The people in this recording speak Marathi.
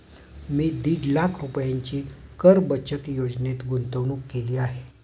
मी दीड लाख रुपयांची कर बचत योजनेत गुंतवणूक केली आहे